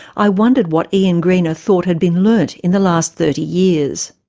i wondered what ian greener thought had been learned in the last thirty years.